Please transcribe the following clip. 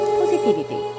positivity